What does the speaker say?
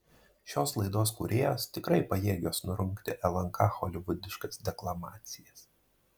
šios laidos kūrėjos tikrai pajėgios nurungti lnk holivudiškas deklamacijas